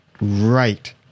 right